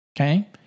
okay